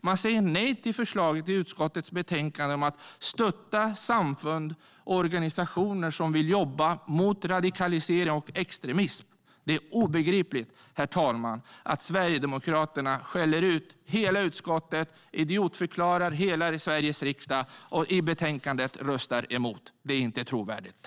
Man säger nej till förslaget i utskottets betänkande om att stötta samfund och organisationer som vill jobba mot radikalisering och extremism. Herr talman! Det är obegripligt att Sverigedemokraterna skäller ut hela utskottet, idiotförklarar hela Sveriges riksdag och reserverar sig i betänkandet. Det är inte trovärdigt.